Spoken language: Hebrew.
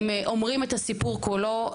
הם אומרים את הסיפור כולו.